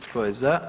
Tko je za?